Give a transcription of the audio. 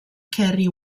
kerry